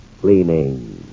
cleaning